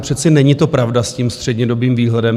To přece není pravda s tím střednědobým výhledem.